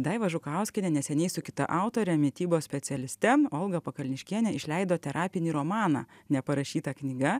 daiva žukauskienė neseniai su kita autore mitybos specialiste olga pakalniškienė išleido terapinį romaną neparašyta knyga